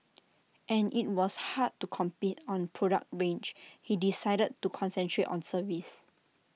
and IT was hard to compete on product range he decided to concentrate on service